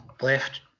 left